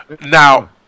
Now